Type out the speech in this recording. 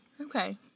Okay